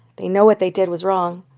they know what they did was wrong.